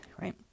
right